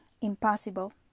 impossible